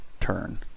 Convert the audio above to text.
turn